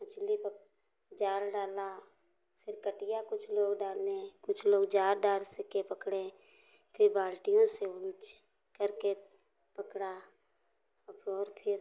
मछली पक् जाल डाला फिर कटिया कुछ लोग डालें कुछ लोग जार डार से के पकड़ें फिर बाल्टियों से उल्ची करके पकड़ा अब और फिर